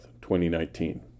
2019